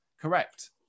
correct